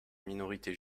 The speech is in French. minorités